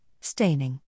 staining